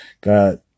got